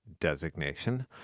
designation